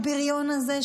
הבריון הזה,